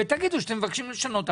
ותבקשו לשנות.